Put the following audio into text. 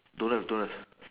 don't have don't have